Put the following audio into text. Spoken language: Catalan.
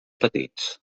petits